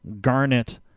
Garnet